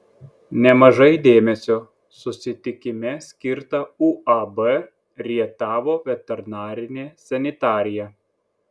nemažai dėmesio susitikime skirta uab rietavo veterinarinė sanitarija